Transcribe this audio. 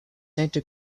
santa